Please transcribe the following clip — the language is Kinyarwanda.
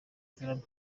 trump